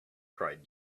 cried